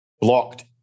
blocked